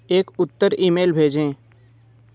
एक उत्तर ईमेल भेजें